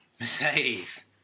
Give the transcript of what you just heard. Mercedes